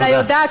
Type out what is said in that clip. אלא יודעת